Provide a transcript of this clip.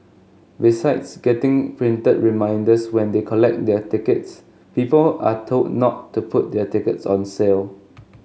besides getting printed reminders when they collect their tickets people are told not to put their tickets on sale